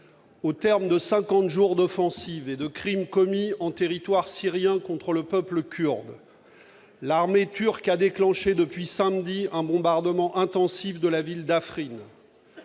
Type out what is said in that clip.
au terme de cinquante jours d'offensives et de crimes commis en territoire syrien contre le peuple kurde, l'armée turque a déclenché depuis samedi un bombardement intensif de la ville d'Afrine.